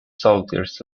soldiers